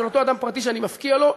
של אותו אדם פרטי שאני מפקיע לו,